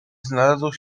znalazło